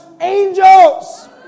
angels